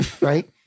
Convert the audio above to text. Right